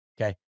okay